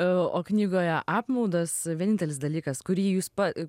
o knygoje apmaudas vienintelis dalykas kurį jūs pa